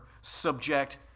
subject